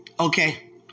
Okay